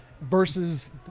versus